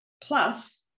plus